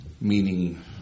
meaning